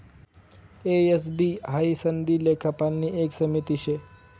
ए, S, B हाई सनदी लेखापालनी एक समिती शे